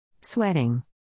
Sweating